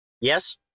Yes